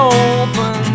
open